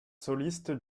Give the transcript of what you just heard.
solistes